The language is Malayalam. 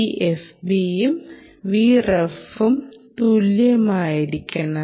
VFB യും VREFും തുല്യമായിരിക്കണം